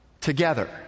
together